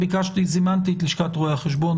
אני זימנתי את לשכת רואי החשבון,